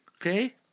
Okay